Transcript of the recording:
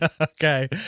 okay